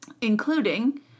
including